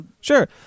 sure